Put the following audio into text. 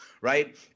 right